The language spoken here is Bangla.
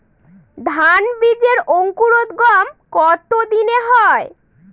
ধান বীজের অঙ্কুরোদগম কত দিনে হয়?